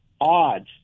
odds